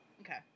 Okay